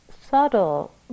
subtle